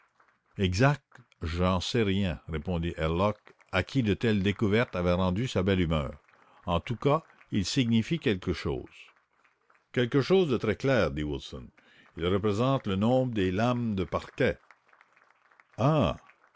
je n'en sais rien répondit herlock à qui de telles découvertes avaient rendu sa belle humeur en tous cas ils signifient quelque chose quelque chose de très clair ils représentent le nombre des lames de parquet ah